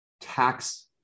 tax